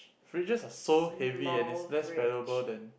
fridges are so heavy and it's less valuable than